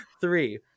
Three